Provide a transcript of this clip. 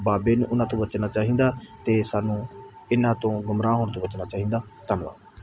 ਬਾਬੇ ਨੇ ਉਹਨਾਂ ਤੋਂ ਬਚਣਾ ਚਾਹੀਦਾ ਅਤੇ ਸਾਨੂੰ ਇਹਨਾਂ ਤੋਂ ਗੁੰਮਰਾਹ ਹੋਣ ਤੋਂ ਬਚਣਾ ਚਾਹੀਦਾ ਧੰਨਵਾਦ